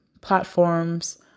platforms